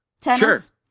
tennis